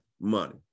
money